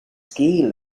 ski